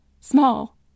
Small